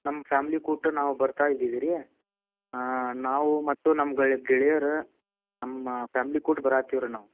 ನಮ್ಮ ಫ್ಯಾಮ್ಲಿ ಕೂಟ ನಾವು ಬರ್ತಾಯಿದ್ದೀವಿ ರೀ ನಾವೂ ಮತ್ತು ನಮ್ಮ ಗೆಳೆಯರು ನಮ್ಮ ಫ್ಯಾಮ್ಲಿ ಕೂಡ ಬರ ಹತ್ತೀವಿ ರೀ ನಾವು